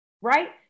right